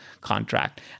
contract